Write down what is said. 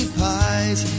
pies